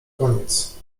koniec